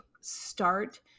start